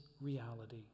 reality